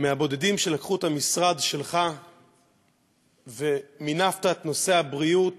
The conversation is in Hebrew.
שאתה מהבודדים שלקחו את המשרד שלך ומינפו את נושא הבריאות.